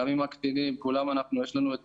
גם עם הקטינים, כולם, יש לנו את